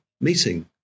meeting